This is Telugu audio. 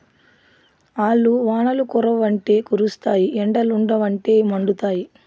ఆల్లు వానలు కురవ్వంటే కురుస్తాయి ఎండలుండవంటే మండుతాయి